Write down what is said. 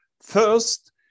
First